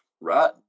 right